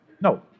No